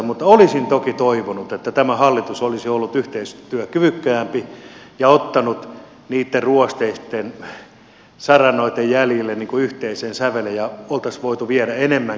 mutta olisin toki toivonut että tämä hallitus olisi ollut yhteistyökyvykkäämpi ja ottanut niitten ruosteisten sara noitten jäljille yhteisen sävelen ja olisimme voineet viedä enemmänkin yhteistyössä